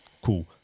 Cool